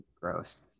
gross